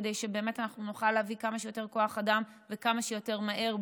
כדי שבאמת נוכל להביא כמה שיותר כוח אדם וכמה שיותר מהר,